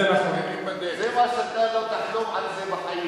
לא תחלום על זה בחיים.